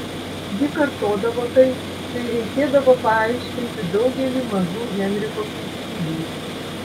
ji kartodavo tai kai reikėdavo paaiškinti daugelį mažų henriko keistybių